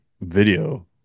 video